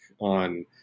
on